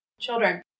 children